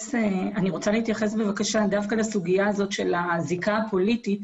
להתייחס דווקא לסוגיה הזאת של הזיקה הפוליטית,